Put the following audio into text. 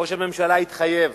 ראש הממשלה התחייב